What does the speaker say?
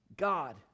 God